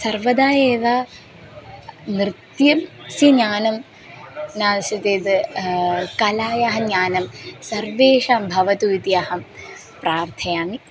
सर्वदा एव नृत्यस्य ज्ञानं नासीत् यद् कलायाः ज्ञानं सर्वेषां भवतु इति अहं प्रार्थयामि